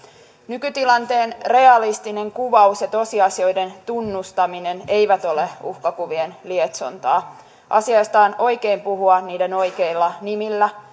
nykytilanteen realistinen kuvaus ja tosiasioiden tunnustaminen eivät ole uhkakuvien lietsontaa asioista on oikein puhua niiden oikeilla nimillä